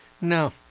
No